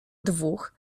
dwóch